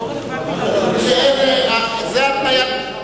כי זה לא רלוונטי.